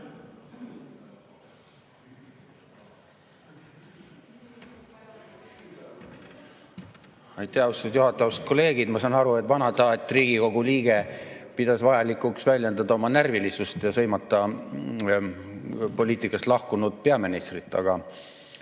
Aitäh, austatud juhataja! Austatud kolleegid! Ma saan aru, et vanataat, Riigikogu liige pidas vajalikuks väljendada oma närvilisust ja sõimata poliitikast lahkunud [endist] peaministrit, aga